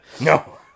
No